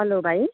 hello भाइ